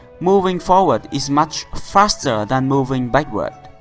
moving forward is much faster than moving backward.